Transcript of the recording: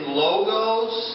logos